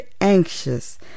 anxious